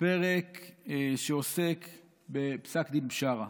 מפרק שעוסק בפסק דין בשארה,